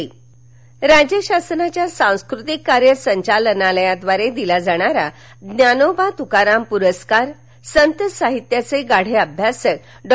पुरस्कार राज्य शासनाच्या सांस्कृतिक कार्य संचालनालयाद्वारे दिला जाणारा ज्ञानोबा तुकाराम पुरस्कार संत साहित्याचे गाढे अभ्यासक डॉ